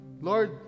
Lord